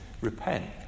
repent